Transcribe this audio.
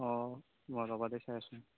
অঁ ৰ'বা দে চাই আছোঁ